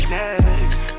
next